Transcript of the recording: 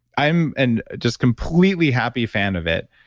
i'm and just completely happy fan of it,